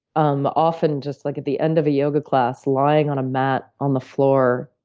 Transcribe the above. um often just like at the end of a yoga class, lying on a mat on the floor,